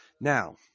Now